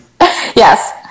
yes